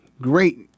great